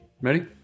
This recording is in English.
Ready